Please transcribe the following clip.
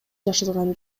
жашырган